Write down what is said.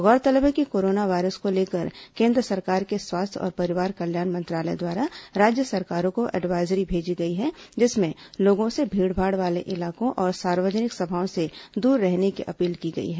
गौरतलब है कि कोरोना वायरस को लेकर केन्द्र सरकार के स्वास्थ्य और परिवार कल्याण मंत्रालय द्वारा राज्य सरकारों को एडवाइजरी भेजी गई है जिसमें लोगों से भीड़ भाड़ वाले इलाके और सार्वजनिक सभाओं से दूर रहने की अपील की गई है